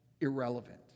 irrelevant